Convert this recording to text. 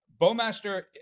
Bowmaster